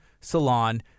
Salon